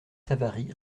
savary